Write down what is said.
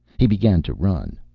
he began to run.